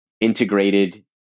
integrated